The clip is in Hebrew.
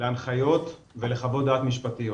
להנחיות ולחוות דעת משפטיות.